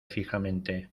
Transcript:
fijamente